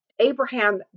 Abraham